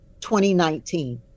2019